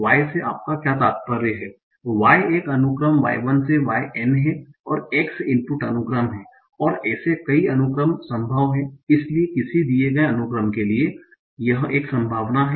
Y से आपका क्या तात्पर्य है y एक अनुक्रम y 1 से y n है और x इनपुट अनुक्रम है और ऐसे कई अनुक्रम संभव हैं इसलिए किसी दिए गए अनुक्रम के लिए यह एक संभावना है